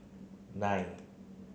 nine